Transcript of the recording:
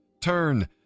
Turn